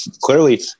clearly